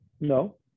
No